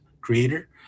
creator